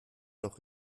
noch